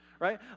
right